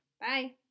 Bye